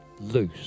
Loose